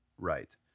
right